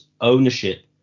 ownership